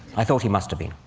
i thought he must have been.